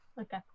Okay